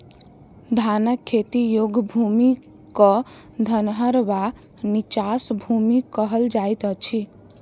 धानक खेती योग्य भूमि क धनहर वा नीचाँस भूमि कहल जाइत अछि